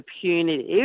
punitive